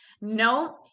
No